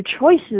choices